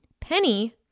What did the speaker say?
penny